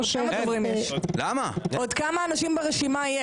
כמה אנשים יש ברשימה?